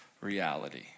reality